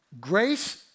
grace